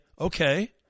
okay